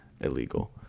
illegal